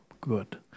good